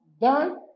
done